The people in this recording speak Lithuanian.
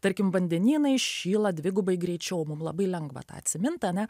tarkim vandenynai šyla dvigubai greičiau mum labai lengva tą atsimint ane